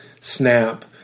snap